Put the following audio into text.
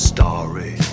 story